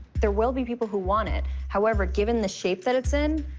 there will be people who want it. however, given the shape that it's in,